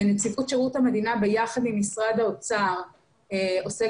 נציבות שירות המדינה ביחד עם משרד האוצר עוסקת